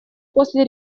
после